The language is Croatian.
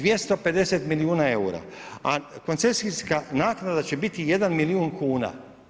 250 milijuna eura, a koncesijska naknada će biti 1 milijun kuna.